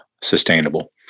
sustainable